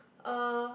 uh